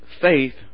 Faith